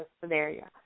scenario